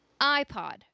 iPod